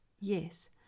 Yes